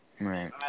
Right